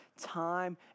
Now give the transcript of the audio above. time